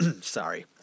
Sorry